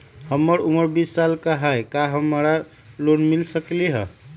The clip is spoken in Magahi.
हमर उमर बीस साल हाय का हमरा लोन मिल सकली ह?